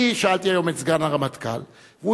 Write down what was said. אני שאלתי היום את סגן הרמטכ"ל והוא